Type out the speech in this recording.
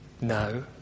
No